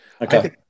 Okay